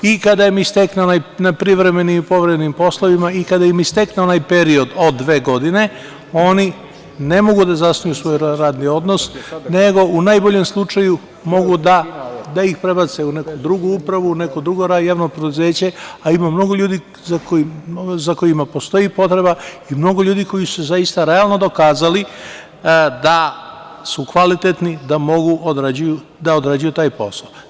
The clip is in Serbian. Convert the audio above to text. I kada im istekne onaj privremeni i povremenim poslovima, i kada im istekne onaj period od dve godine oni ne mogu da zasnuju svoj radni odnos, nego u najboljem slučaju mogu da ih prebace u neku drugu upravu, u neko drugo javno preduzeće, a ima mnogo ljudi za kojima postoji potreba i mnogo ljudi koji su zaista realno dokazali da su kvalitetni, da mogu da odrađuju taj posao.